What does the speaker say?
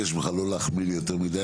אני מבקש ממך לא להחמיא לי יותר מדי,